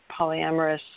polyamorous